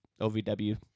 OVW